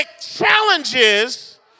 challenges